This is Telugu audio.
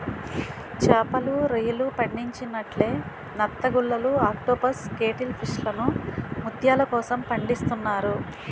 చేపలు, రొయ్యలు పండించినట్లే నత్తగుల్లలు ఆక్టోపస్ కేటిల్ ఫిష్లను ముత్యాల కోసం పండిస్తున్నారు